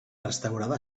restaurada